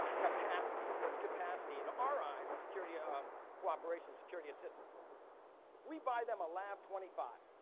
capacity. what's capacity? in our eyes, security um cooperation, security assistance. if we buy them a lav twenty five,